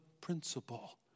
principle